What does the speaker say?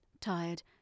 tired